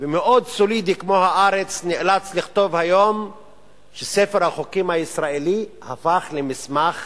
ומאוד סולידי כמו "הארץ" נאלץ לכתוב היום שספר החוקים הישראלי הפך למסמך